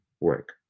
work